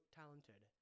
talented